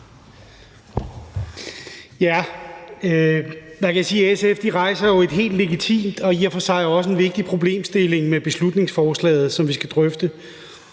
Tak. Man kan sige, at SF jo rejser en helt legitim og i og for sig også vigtig problemstilling med det beslutningsforslag, som vi skal drøfte,